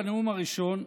בנאום הראשון,